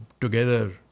together